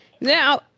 Now